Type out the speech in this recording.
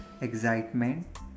excitement